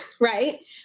right